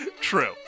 true